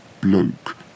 bloke